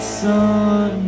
sun